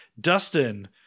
Dustin